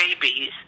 babies